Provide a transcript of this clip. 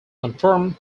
confirmed